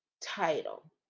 title